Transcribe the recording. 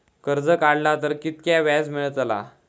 कर्ज काडला तर कीतक्या व्याज मेळतला?